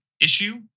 issue